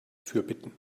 fürbitten